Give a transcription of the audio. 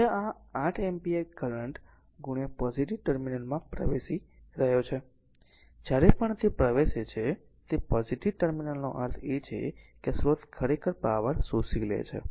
હવે આ 8 ampere current positive ટર્મિનલમાં પ્રવેશી રહ્યો છે જ્યારે પણ તે પ્રવેશે છે પોઝીટીવ ટર્મિનલનો અર્થ એ છે કે આ સ્રોત ખરેખર પાવર શોષી લે છે